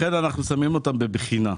לכן אנחנו שמים אותם בבחינה.